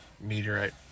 Meteorite